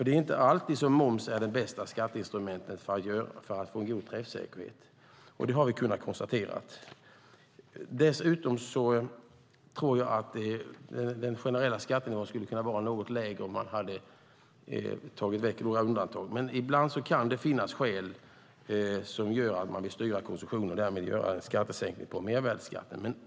Det är inte alltid moms är det bästa skatteinstrumentet för att få en god träffsäkerhet, vilket vi kunnat konstatera. Dessutom tror jag att den generella skattenivån skulle ha kunnat vara något lägre om man tagit bort några av undantagen, men ibland kan det finnas skäl till att man vill styra konsumtionen och därmed göra en sänkning av mervärdesskatten.